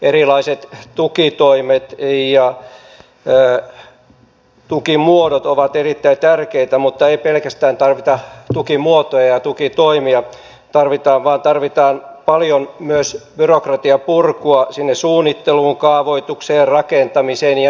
erilaiset tukitoimet ja tukimuodot ovat erittäin tärkeitä mutta ei tarvita pelkästään tukimuotoja ja tukitoimia tarvitaan paljon myös byrokratianpurkua sinne suunnitteluun kaavoitukseen rakentamiseen ja niin edelleen